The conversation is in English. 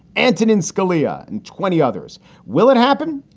antonin scalia and twenty others will it happen?